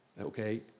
Okay